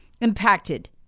impacted